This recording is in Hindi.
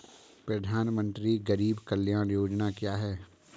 प्रधानमंत्री गरीब कल्याण योजना क्या है?